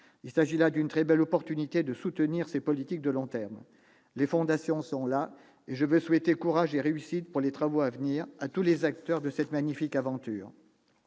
Il s'agit là d'une très belle occasion de soutenir ces politiques de long terme. Les fondations sont là, et je veux souhaiter courage et réussite, pour les travaux à venir, à tous les acteurs de cette magnifique aventure.